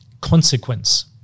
consequence